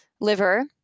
liver